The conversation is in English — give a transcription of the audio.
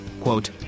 Quote